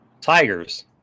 Tigers